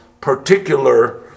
particular